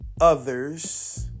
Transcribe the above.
others